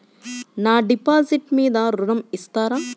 నా డిపాజిట్ మీద ఋణం ఇస్తారా?